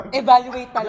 evaluate